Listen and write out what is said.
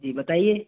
जी बताइए